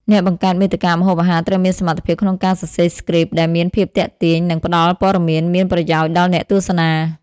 អ្នកបង្កើតមាតិកាម្ហូបអាហារត្រូវមានសមត្ថភាពក្នុងការសរសេរស្គ្រីប ដែលមានភាពទាក់ទាញ និងផ្តល់ព័ត៌មានមានប្រយោជន៍ដល់អ្នកទស្សនា។